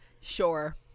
sure